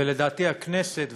ולדעתי הכנסת,